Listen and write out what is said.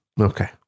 Okay